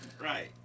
Right